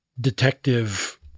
detective